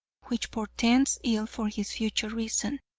which portends ill for his future reason.